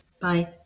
Bye